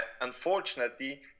unfortunately